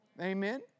Amen